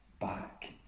back